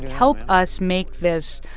help us make this,